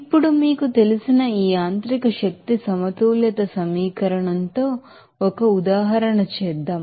ఇప్పుడు మీకు తెలిసిన ఈ మెకానికల్ ఎనర్జీ బాలన్స్ ఈక్వేషన్ తో ఒక ఉదాహరణ చేద్దాం